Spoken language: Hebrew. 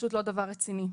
פשוט לא דבר רציני.